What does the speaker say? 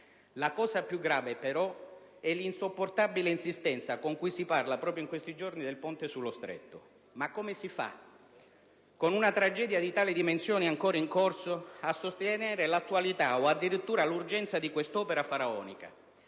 La cosa più grave, però, è l'insopportabile insistenza con la quale si parla proprio in questi giorni del Ponte sullo Stretto. Ma come si fa, con una tragedia di tali dimensioni ancora in corso, a sostenere l'attualità o addirittura l'urgenza di questa opera faraonica?